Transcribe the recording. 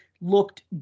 looked